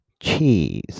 Cheese